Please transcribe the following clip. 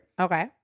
Okay